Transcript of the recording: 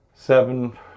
seven